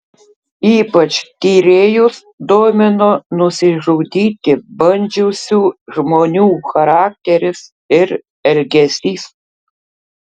ypač tyrėjus domino nusižudyti bandžiusių žmonių charakteris ir elgesys